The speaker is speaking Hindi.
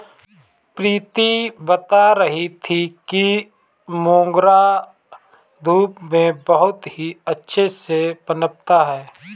प्रीति बता रही थी कि मोगरा धूप में बहुत ही अच्छे से पनपता है